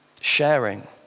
Sharing